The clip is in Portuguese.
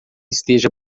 esteja